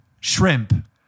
Shrimp